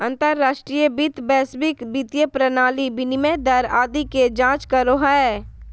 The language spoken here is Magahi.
अंतर्राष्ट्रीय वित्त वैश्विक वित्तीय प्रणाली, विनिमय दर आदि के जांच करो हय